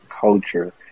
culture